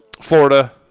Florida –